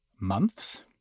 months